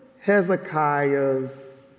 Hezekiah's